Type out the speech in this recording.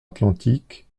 atlantique